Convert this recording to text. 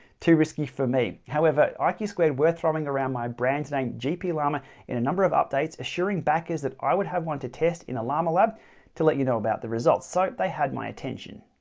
too risky for me. however, ah iq squared were throwing around my brand name gplama in a number of updates, assuring backers that i would have one to test in the lama lab to let you know about the results. so they had my attention!